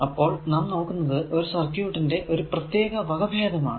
അപ്പോൾ നാം നോക്കുന്നത് ഒരു സർക്യൂട്ടിന്റെ ഒരു പ്രത്യേക വക ഭേദമാണ്